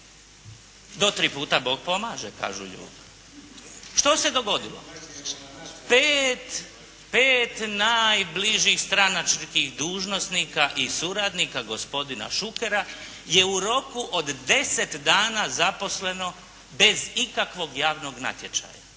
Do tri puta Bog pomaže, kažu ljudi. Što se dogodilo? Pet, pet najbližih stranačkih dužnosnika i suradnika gospodina Šukera je u roku od deset dana zaposleno bez ikakvog javnog natječaja.